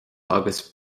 agus